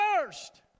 first